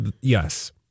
Yes